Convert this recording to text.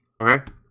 Okay